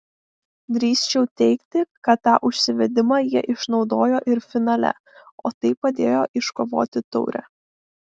drįsčiau teigti kad tą užsivedimą jie išnaudojo ir finale o tai padėjo iškovoti taurę